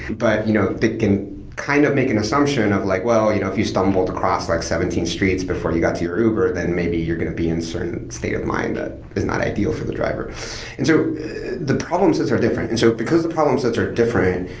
but you know they can kind of make an assumption of like well, you know if you stumbled across like seventeen streets before you got to your uber, then maybe you're going to be in certain state of mind that is not ideal for the driver and so the problem sets are different. and so because the problem sets are different,